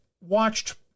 watched